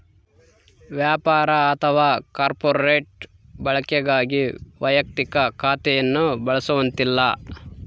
ವ್ಯಾಪಾರ ಅಥವಾ ಕಾರ್ಪೊರೇಟ್ ಬಳಕೆಗಾಗಿ ವೈಯಕ್ತಿಕ ಖಾತೆಯನ್ನು ಬಳಸುವಂತಿಲ್ಲ